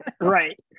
Right